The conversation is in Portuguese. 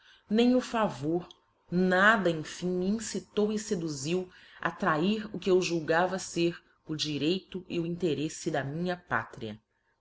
nem o favor nada cmlim me incitou e feduziu a trair o que eu julgava fer o direito c o intereíte da minha pátria